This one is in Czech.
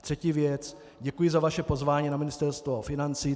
Třetí věc děkuji za vaše pozvání na Ministerstvo financí.